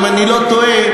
אם אני לא טועה,